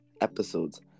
episodes